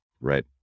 right